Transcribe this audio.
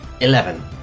Eleven